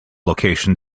location